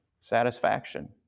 satisfaction